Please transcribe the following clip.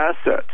assets